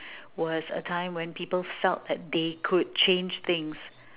was a time when people felt like they could change things